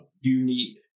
unique